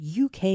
UK